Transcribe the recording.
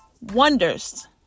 wonders